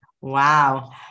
Wow